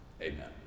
Amen